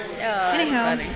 Anyhow